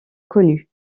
connus